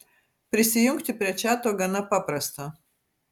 prisijungti prie čiato gana paprasta